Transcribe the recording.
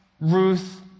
Ruth